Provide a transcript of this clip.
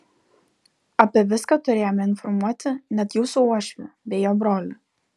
apie viską turėjome informuoti net jūsų uošvį bei jo brolį